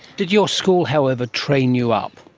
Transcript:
did your school however train you up?